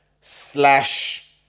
slash